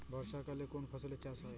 বর্ষাকালে কোন ফসলের চাষ হয়?